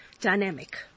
dynamic